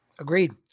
Agreed